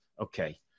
Okay